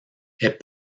est